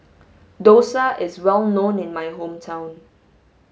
Dosa is well known in my hometown